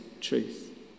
truth